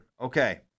Okay